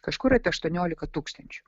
kažkur apie aštuoniolika tūkstančių